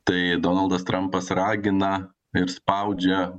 tai donaldas trampas ragina ir spaudžia